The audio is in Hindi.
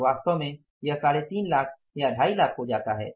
अब वास्तव में यह 35 लाख या 25 लाख हो जाता है